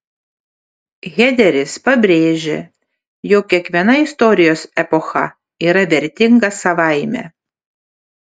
hederis pabrėžė jog kiekviena istorijos epocha yra vertinga savaime